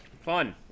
fun